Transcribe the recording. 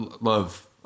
love